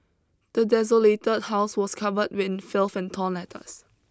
the desolated house was covered in filth and torn letters